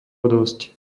dosť